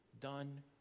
done